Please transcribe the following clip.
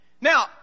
Now